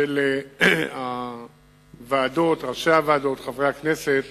של הוועדות, ראשי הוועדות, חברי הכנסת,